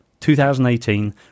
2018